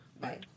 Bye